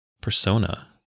persona